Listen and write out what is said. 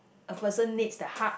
a person needs the hug